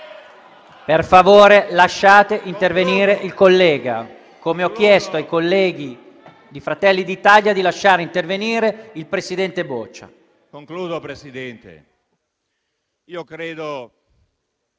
Per favore, lasciate intervenire il collega, come ho chiesto ai colleghi di Fratelli d'Italia di lasciare intervenire il presidente Boccia. BALBONI *(FdI)*. Concludo, Presidente. Io credo